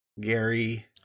Gary